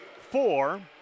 four